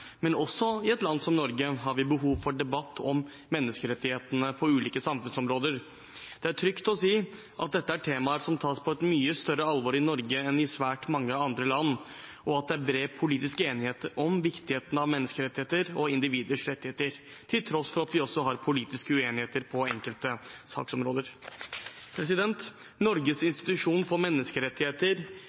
men også i et land som Norge har vi behov for debatt om menneskerettighetene på ulike samfunnsområder. Det er trygt å si at dette er temaer som tas på et mye større alvor i Norge enn i svært mange andre land, og at det er bred politisk enighet om viktigheten av menneskerettigheter og individers rettigheter, til tross for at vi har politiske uenigheter på enkelte saksområder. Norges institusjon for menneskerettigheter,